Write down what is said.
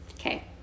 Okay